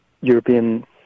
European